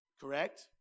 Correct